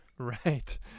Right